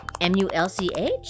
M-U-L-C-H